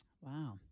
Wow